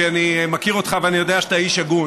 כי אני מכיר אותך ואני יודע שאתה איש הגון.